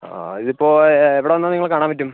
ആ ഇത് ഇപ്പോൾ എവിടെ വന്നാൽ നിങ്ങളെ കാണാൻ പറ്റും